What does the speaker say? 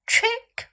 Trick